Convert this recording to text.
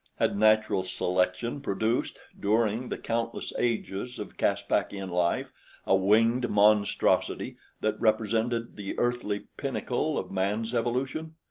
had natural selection produced during the countless ages of caspakian life a winged monstrosity that represented the earthly pinnacle of man's evolution?